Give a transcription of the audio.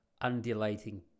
undulating